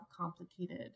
complicated